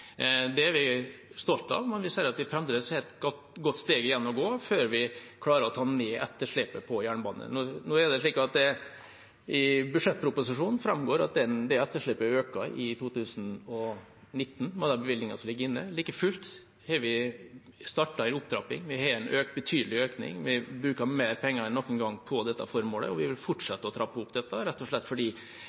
Det er vi stolte av, men vi ser at vi fremdeles har et godt steg igjen å gå før vi klarer å ta ned etterslepet på jernbanen. I budsjettproposisjonen framgår det at etterslepet øker i 2019 med den bevilgningen som ligger inne. Like fullt har vi startet en opptrapping. Vi har en betydelig økning. Vi bruker mer penger enn noen gang på dette formålet, og vi vil fortsette å trappe det opp, rett og slett fordi